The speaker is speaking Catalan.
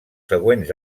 següents